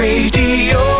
Radio